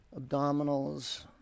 abdominals